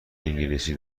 انگلیسی